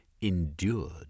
endured